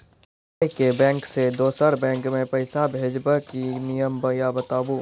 आजे के बैंक से दोसर बैंक मे पैसा भेज ब की नियम या बताबू?